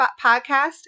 podcast